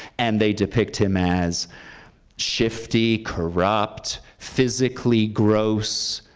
and they depict him as shifty, corrupt, physically gross,